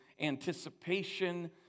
anticipation